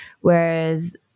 whereas